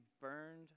burned